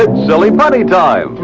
ah silly putty time!